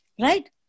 right